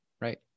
Right